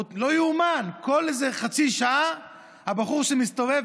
לא יאומן: כל איזה חצי שעה הבחור שמסתובב